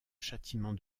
châtiment